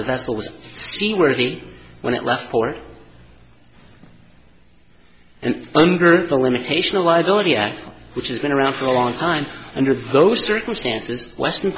really when it left for and under the limitation of liability act which has been around for a long time under those circumstances western